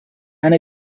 and